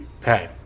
hey